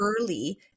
early